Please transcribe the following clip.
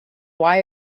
why